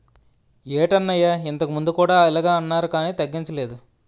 ఏటన్నయ్యా ఇంతకుముందు కూడా ఇలగే అన్నారు కానీ తగ్గించలేదు